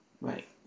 Right